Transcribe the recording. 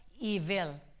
evil